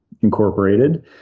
incorporated